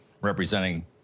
representing